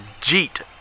Jeet